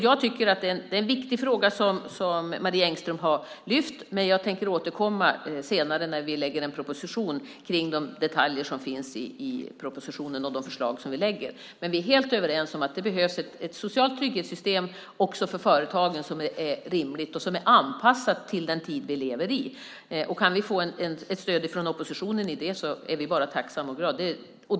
Det är en viktig fråga som Marie Engström har lyft, men jag tänker återkomma om detaljerna i förslagen i vår proposition senare när vi lägger fram den. Men vi är helt överens om att det behövs ett socialt trygghetssystem som är rimligt också för företagen och som är anpassat till den tid vi lever i. Kan vi få stöd från oppositionen i det är vi bara tacksamma och glada.